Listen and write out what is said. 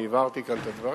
אני הבהרתי כאן את הדברים.